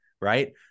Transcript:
right